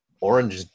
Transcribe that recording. orange